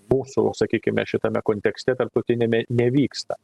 mūsų sakykime šitame kontekste tarptautiniame nevyksta